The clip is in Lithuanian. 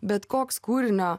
bet koks kūrinio